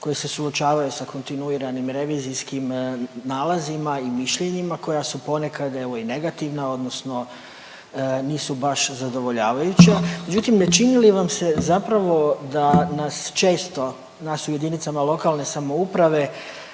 koje se suočavaju sa kontinuiranim revizijskim nalazima i mišljenjima koja su ponekad evo i negativna odnosno nisu baš zadovoljavajuća. Međutim, ne čini li vam se zapravo da nas često, nas u jedinicama lokalne samouprave